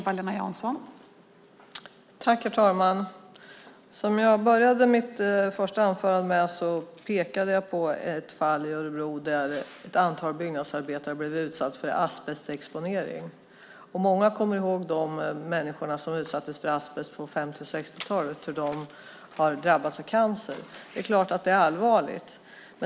Fru talman! Jag började mitt första anförande med att peka på ett fall i Örebro där ett antal byggnadsarbetare blivit utsatta för asbestexponering. Många kommer ihåg de människor som utsattes för asbest på 50 och 60-talen och hur de drabbades av cancer. Det är klart att det är allvarligt.